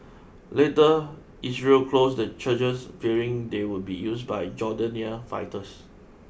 later Israel closed the churches fearing they would be used by Jordanian fighters